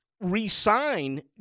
re-sign